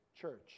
church